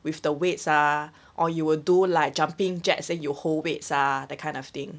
with the weights ah or you will do like jumping jacks and you hold weights ah that kind of thing